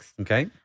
Okay